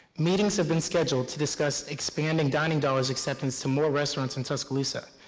meetings have been scheduled to discuss expanding dining dollars acceptance to more restaurants and tuscaloosa,